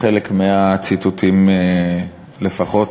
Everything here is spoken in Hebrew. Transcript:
לפי חלק מהציטוטים לפחות,